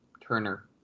Turner